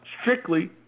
strictly